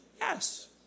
Yes